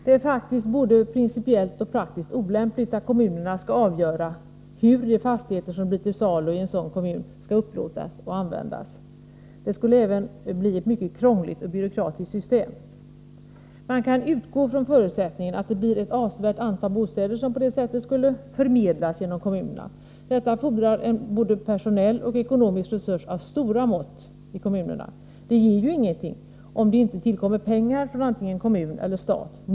Det är faktiskt både principiellt och praktiskt olämpligt att kommunerna skall avgöra hur de fastigheter som blir till salu i en sådan kommun skall upplåtas och användas. Det skulle även bli ett mycket krångligt och byråkratiskt system. Man kan utgå från förutsättningen att det blir ett avsevärt antal bostäder som på det sättet skall ”förmedlas” genom kommunerna. Detta fordrar en både personell och ekonomisk resurs av stora mått i kommunerna. Det ger ju ingenting om det inte tillkommer pengar från antingen kommun eller stat.